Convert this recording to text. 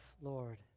lord